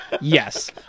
Yes